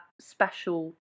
special